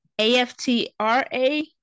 aftra